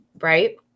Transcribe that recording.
right